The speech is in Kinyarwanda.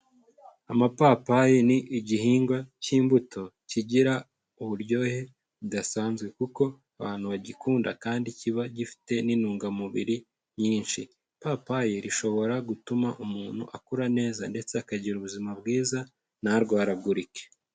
Amapapayi ni igihingwa cy'imbuto kigira uburyohe budasanzwe, kuko abantu bagikunda kandi kiba gifite n'intungamubiri nyinshi. Ipapayi rishobora gutuma umuntu akura neza ndetse akagira ubuzima bwiza, ntarwaragurike.